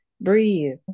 breathe